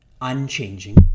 unchanging